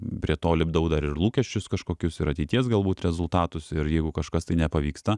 prie to lipdau dar ir lūkesčius kažkokius ir ateities galbūt rezultatus ir jeigu kažkas tai nepavyksta